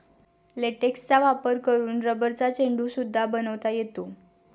लेटेक्सचा वापर करून रबरचा चेंडू सुद्धा बनवता येतो